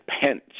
Pence